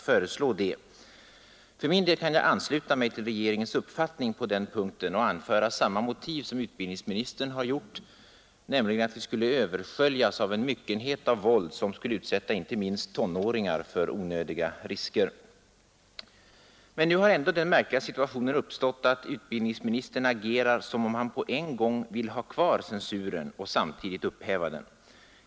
För min del kan jag ansluta mig till regeringens uppfattning på den punkten och anföra samma motiv som utbildningsministern har gjort, nämligen att vi skulle översköljas av en myckenhet av våld som skulle utsätta inte minst tonåringar för onödiga risker. Men nu har ändå den märkliga situationen uppstått, att utbildningsministern agerar som om han på en gång vill ha kvar censuren och upphäva den.